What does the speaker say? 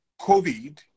COVID